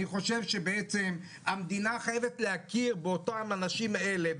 אני חושב שהמדינה חייבת להכיר באנשים האלה,